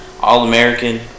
All-American